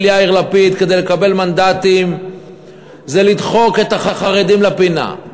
יאיר לפיד כדי לקבל מנדטים זה לדחוק את החרדים לפינה,